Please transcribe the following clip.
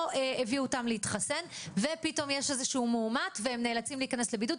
הביאו אותם להתחסן ויש מאומת והם נאלצים להיכנס לבידוד.